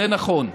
זה נכון.